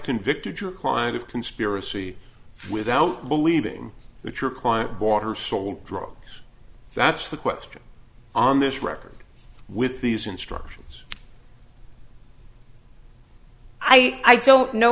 convicted your client of conspiracy without believing that your client bought her sold drugs that's the question on this record with these instructions i don't know